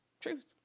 Truth